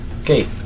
Okay